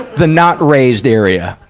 the not-raised area.